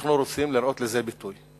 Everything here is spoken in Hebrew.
אנחנו רוצים לראות ביטוי לזה.